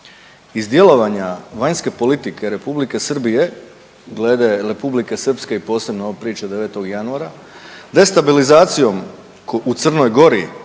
Iz djelovanja vanjske politike Republike Srbije glede Republike Srpske i posebno ove priče 9. januara destabilizacijom u Crnoj Gori,